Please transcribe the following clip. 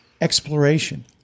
Exploration